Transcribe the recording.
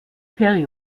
perry